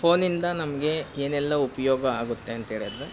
ಫೋನಿಂದ ನಮಗೆ ಏನೆಲ್ಲ ಉಪಯೋಗ ಆಗುತ್ತೆ ಅಂತೇಳಿದ್ರೆ